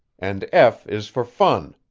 and f is for fun.